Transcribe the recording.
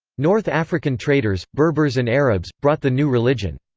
north african traders, berbers and arabs, brought the new religion.